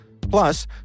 Plus